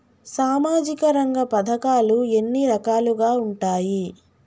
సామాజిక రంగ పథకాలు ఎన్ని రకాలుగా ఉంటాయి?